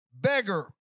beggar